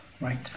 right